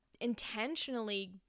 intentionally